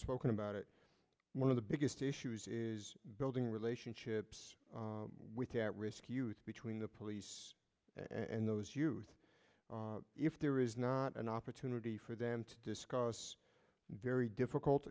spoken about it one of the biggest issues is building relationships with at risk youth between the police and those youth if there is not an opportunity for them to discuss very difficult